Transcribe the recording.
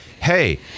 Hey